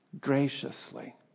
graciously